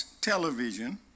television